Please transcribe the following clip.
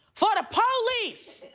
for the police.